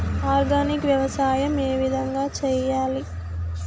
Organic వ్యవసాయం ఏ విధంగా చేయాలి?